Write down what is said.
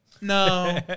No